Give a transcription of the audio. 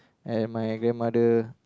and my grandmother